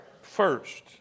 first